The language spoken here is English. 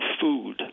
food